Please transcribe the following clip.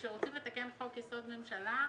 כשרוצים לתקן חוק יסוד ממשלה,